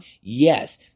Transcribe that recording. yes